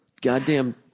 goddamn